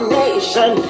nation